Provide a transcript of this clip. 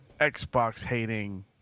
Xbox-hating